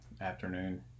afternoon